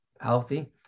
healthy